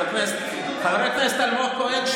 חבר הכנסת אלמוג כהן,